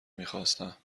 میخواستم